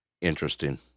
Interesting